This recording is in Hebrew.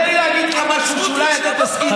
תן לי להגיד לך משהו שאולי אתה תסכים איתי,